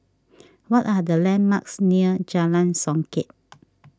what are the landmarks near Jalan Songket